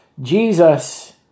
Jesus